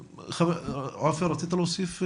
עופר, רצית להוסיף?